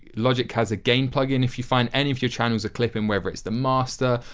logic has a gain plug-in if you find any of your channels are clipping whether it's the master,